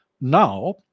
Now